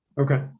Okay